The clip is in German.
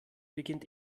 beginnt